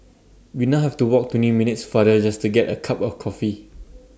we now have to walk twenty minutes farther just to get A cup of coffee